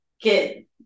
get